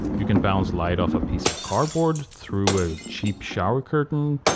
you can bounce light off a piece of cardboard through a cheap shower curtain.